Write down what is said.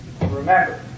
Remember